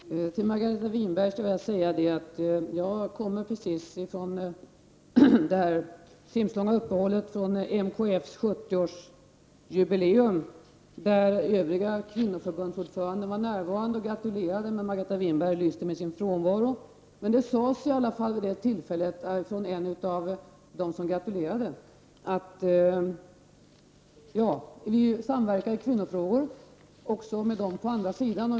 Fru talman! Till Margareta Winberg vill jag säga att jag precis kommer från MKFs 70-årsjubileum, som ägde rum under det timslånga uppehållet. Övriga kvinnoförbundsordförande var närvarande och gratulerade, men Margareta Winberg lyste med sin frånvaro. En av dem som gratulerade sade att vi samverkar i kvinnofrågor även med dem på andra sidan.